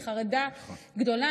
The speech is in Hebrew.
היא חרדה גדולה.